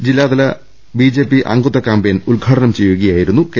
P ജില്ലാതല അംഗത്വ campaign ഉദ്ഘാടനം ചെയ്യുകയായിരുന്നു കെ